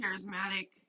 charismatic